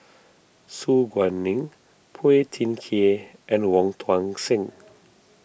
Su Guaning Phua Thin Kiay and Wong Tuang Seng